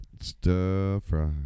Stir-fry